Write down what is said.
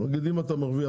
נגיד אם אתה מרוויח,